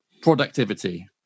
productivity